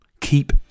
keep